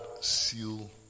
seal